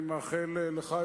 אני מאחל לך,